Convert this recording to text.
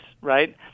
right